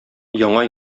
яңа